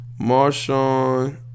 Marshawn